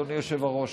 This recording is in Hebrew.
אדוני היושב-ראש?